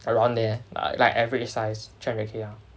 around there like average size three hundred K lah